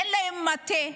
אין להם מטה,